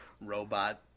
robot